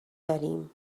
داریم